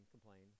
complain